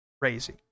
Crazy